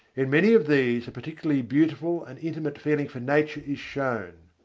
in many of these a particularly beautiful and intimate feeling for nature is shown.